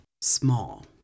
small